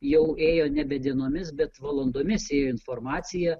jau ėjo nebe dienomis bet valandomis ėjo informacija